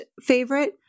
favorite